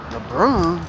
LeBron